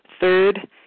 Third